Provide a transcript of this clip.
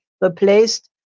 replaced